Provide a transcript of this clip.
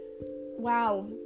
wow